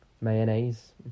Mayonnaise